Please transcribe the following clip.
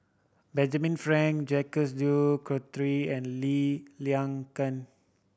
Benjamin Frank Jacques De Coutre and Lee Liang